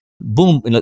boom